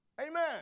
Amen